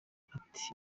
ati